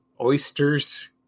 oysters